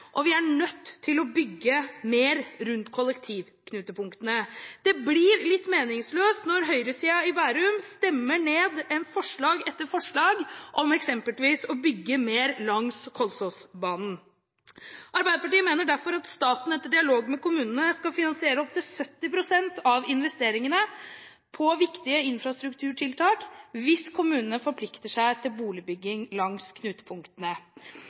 og vi er nødt til å bygge mer rundt kollektivknutepunktene. Det blir litt meningsløst når høyresida i Bærum stemmer ned forslag etter forslag om eksempelvis å bygge mer langs Kolsåsbanen. Arbeiderpartiet mener derfor at staten etter dialog med kommunene skal finansiere opptil 70 pst. av investeringene til viktige infrastrukturtiltak hvis kommunene forplikter seg til boligbygging langs